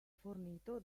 fornito